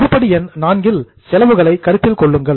உருப்படி எண் IV இல் செலவுகளை கருத்தில் கொள்ளுங்கள்